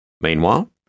Meanwhile